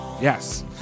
yes